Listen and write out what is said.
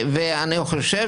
ואני חושב